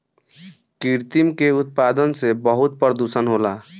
कृत्रिम के उत्पादन से बहुत प्रदुषण होला